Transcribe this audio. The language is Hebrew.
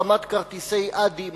החתמה על כרטיסי "אדי",